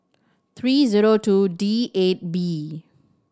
three zero two D eight B